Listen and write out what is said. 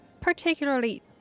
particularly